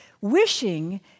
Wishing